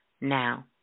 now